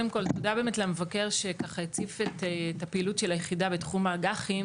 למבקש על הצפת פעילות היחידה בתחום האג"ח.